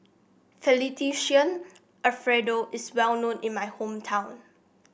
Fettuccine Alfredo is well known in my hometown